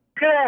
Good